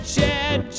Chad